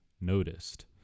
noticed